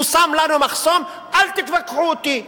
הוא שם לנו מחסום: אל תתווכחו אתי,